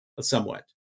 somewhat